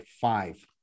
five